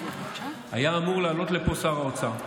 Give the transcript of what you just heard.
היה אמור לעלות לפה שר האוצר,